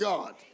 God